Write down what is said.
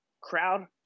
crowd